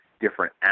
different